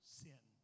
sin